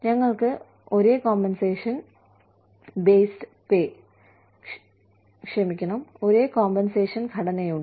ഞങ്ങൾക്ക് ഒരേ കോമ്പൻസേഷൻ ഘടനയുണ്ട്